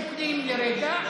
הם שוקלים לרגע,